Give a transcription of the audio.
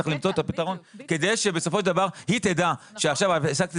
צריך למצוא את הפתרון כדי שבסופו של דבר היא תדע שעכשיו העסקתי